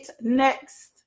next